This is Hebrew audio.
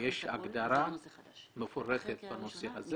יש הגדרה מפורטת בנושא הזה.